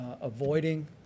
avoiding